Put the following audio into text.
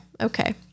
okay